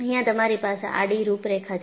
અહિયાં તમારી પાસે આડી રૂપરેખા છે